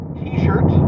t-shirt